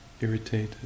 Irritated